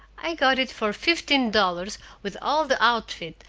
i got it for fifteen dollars with all the outfit,